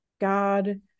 God